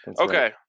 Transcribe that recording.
Okay